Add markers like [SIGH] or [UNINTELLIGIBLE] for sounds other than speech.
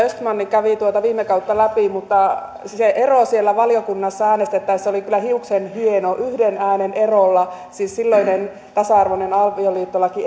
östman kävi tuota viime kautta läpi mutta se ero siellä valiokunnassa äänestettäessä oli kyllä hiuksenhieno yhden äänen erolla siis silloinen tasa arvoinen avioliittolaki [UNINTELLIGIBLE]